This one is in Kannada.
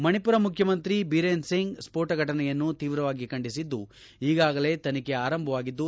ಮಣಿಪುರ ಮುಖ್ಯಮಂತ್ರಿ ಬಿರೇನ್ ಸಿಂಗ್ ಸ್ಫೋಟ ಫಟನೆಯನ್ನು ತೀವ್ರವಾಗಿ ಖಂಡಿಸಿದ್ದು ಈಗಾಗಲೇ ತನಿಖೆ ಆರಂಭವಾಗಿದ್ದು